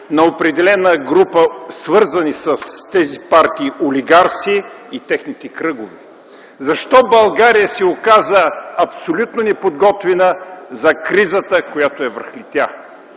на определена група, свързана с тези партии, олигарси и техните кръгове. Защо България се оказа абсолютно неподготвена за кризата, която я връхлетя?